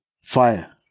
fire